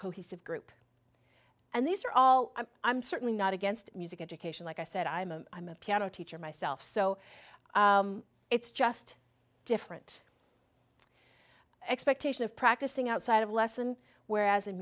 cohesive group and these are all i'm certainly not against music education like i said i'm a i'm a piano teacher myself so it's just different expectation of practicing outside of lesson whereas in